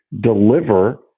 deliver